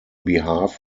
behalf